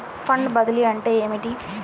Fund బదిలీ అంటే ఏమిటి?